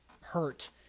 hurt